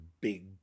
big